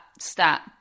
Stat